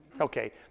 Okay